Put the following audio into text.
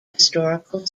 historical